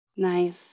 Nice